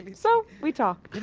so we talked